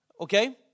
Okay